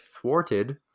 thwarted